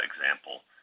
example